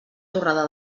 torrada